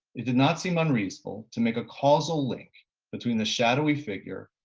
it did not seem unreasonable to make a causal link between the shadowy figure,